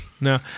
No